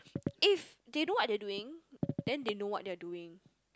if they do what they doing then they know what they're doing